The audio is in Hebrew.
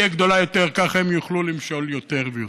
גדולה יותר כך הם יוכלו למשול יותר ויותר.